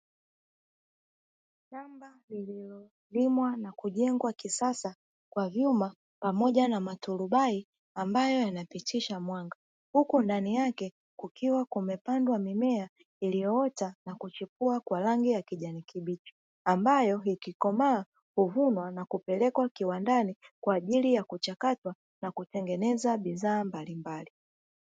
Nyumba iliyolimwa na kujengwa kisasa kwa vyuma pamoja na maturubai ambayo yanapitisha mwanga. Huku ndani yake kukiwa kumepandwa mimea iliyoota na kuchipua kwa rangi ya kijani kibichi, ambayo ikikomaa huvunwa na kupelekwa kiwandani kwa ajili ya kuchakatwa na kutengeneza bidhaa mbalimbali.